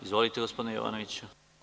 Izvolite, gospodine Jovanoviću.